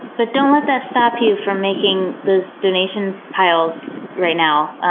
but don't let that stop you from making those donation piles right now.